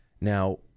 Now